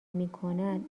میکند